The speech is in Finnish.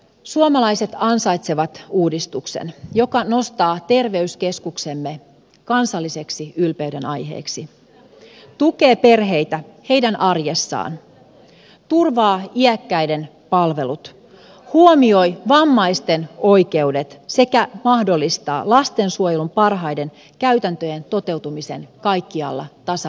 suomalaiset ansaitsevat uudistuksen joka nostaa terveyskeskuksemme kansalliseksi ylpeydenaiheeksi tukee perheitä heidän arjessaan turvaa iäkkäiden palvelut huomioi vammaisten oikeudet sekä mahdollistaa lastensuojelun parhaiden käytäntöjen toteutumisen kaikkialla tasa arvoisesti